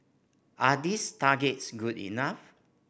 are these targets good enough